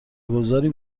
گذاری